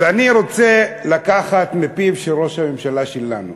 אז אני רוצה לקחת מפיו של ראש הממשלה שלנו,